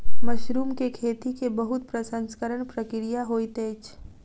mushroom के खेती के बहुत प्रसंस्करण प्रक्रिया होइत अछि